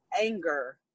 anger